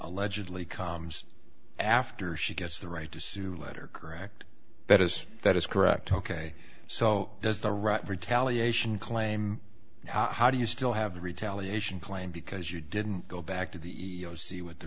allegedly comes after she gets the right to sue letter correct that is that is correct ok so does the right retaliation claim how do you still have a retaliation claim because you didn't go back to the sea with the